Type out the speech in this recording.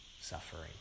suffering